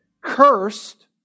Cursed